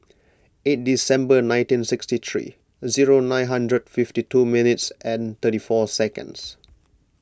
eight December nineteen sixty three zero nine hundred fifty two minute and thirty four secends